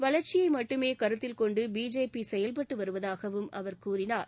வளர்ச்சியை மட்டுமே கருத்தில் கொண்டு பிஜேபி செயல்பட்டு வருவதாகவும் அவர் கூறினார்